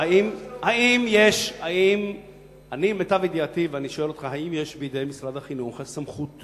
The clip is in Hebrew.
האם יש בידי משרד החינוך הסמכות